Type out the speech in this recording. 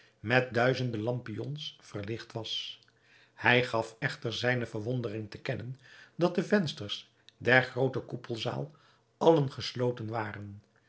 met duizende lampions verlicht was hij gaf echter zijne verwondering te kennen dat de vensters der groote koepelzaal allen gesloten waren